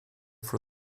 for